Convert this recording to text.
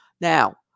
Now